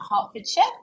Hertfordshire